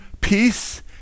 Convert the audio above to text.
peace